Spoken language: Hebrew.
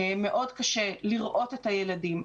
מאוד קשה לראות את הילדים,